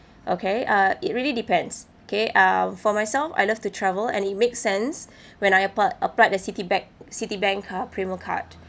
okay uh it really depends okay uh for myself I love to travel and it makes sense when I applied applied the Citibank Citibank card premium card